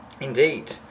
Indeed